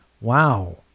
Wow